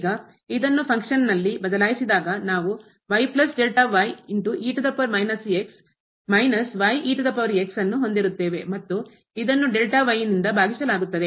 ಈಗ ಇದನ್ನು ಫಂಕ್ಷನ್ಲ್ಲಿ ಕಾರ್ಯದಲ್ಲಿ ಬದಲಾಯಿಸಿದಾಗ ನಾವು ಅನ್ನು ಹೊಂದಿರುತ್ತೇವೆ ಮತ್ತು ಇದನ್ನು ನಿಂದ ಬಾಗಿಸಲಾಗುತ್ತದೆ